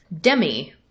demi